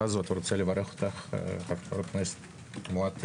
הזאת ורוצה לברך את חברת הכנסת מואטי.